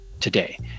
today